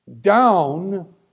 down